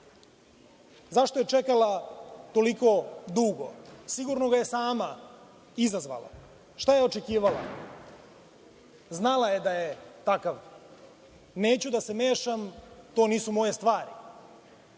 zašto je čekala toliko dugo, sigurno ga je sama izazvala, šta je očekivala, znala je da je takav, neću da se mešam, to nisu moje stvari.